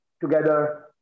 together